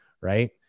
right